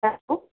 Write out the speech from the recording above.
hello